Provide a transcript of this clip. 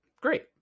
great